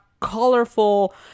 colorful